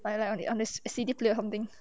like like on a C_D player or something